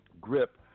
grip